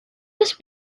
was